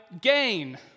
gain